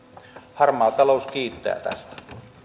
harmaa talous kiittää tästä